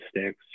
sticks